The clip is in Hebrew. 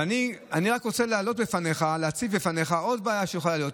אני רק רוצה להציג בפניך עוד בעיה שעלולה להיות.